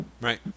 Right